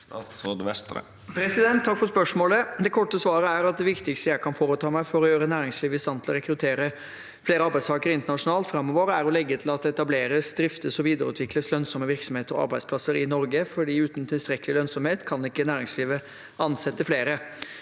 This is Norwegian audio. Takk for spørsmålet. Det korte svaret er at det viktigste jeg kan foreta meg for å gjøre næringslivet i stand til å rekruttere flere arbeidstakere internasjonalt framover, er å legge til rette for at det etableres, driftes og videreutvikles lønnsomme virksomheter og arbeidsplasser i Norge, for uten tilstrekkelig lønnsomhet kan ikke næringslivet ansette flere.